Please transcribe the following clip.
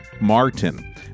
Martin